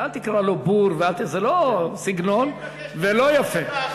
אתה אל תקרא לו בור ואל, זה לא סגנון ולא יפה.